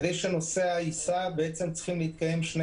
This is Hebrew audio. כדי שהנוסע ייסע צריכים להתקיים שני